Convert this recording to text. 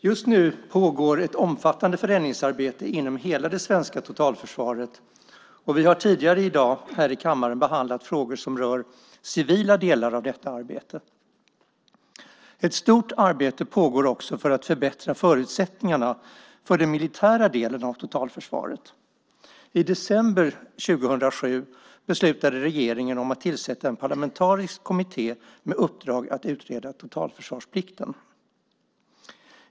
Fru talman! Just nu pågår ett omfattande förändringsarbete inom hela det svenska totalförsvaret. Vi har tidigare i dag här i kammaren behandlat frågor som rör civila delar av detta arbete. Ett stort arbete pågår också för att förbättra förutsättningarna för den militära delen av totalförsvaret. I december 2007 beslutade regeringen om att tillsätta en parlamentarisk kommitté med uppdrag att utreda totalförsvarsplikten.